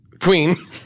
queen